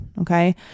Okay